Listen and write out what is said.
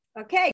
Okay